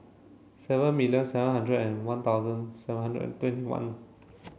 seven million seven hundred and one thousand seven hundred and twenty one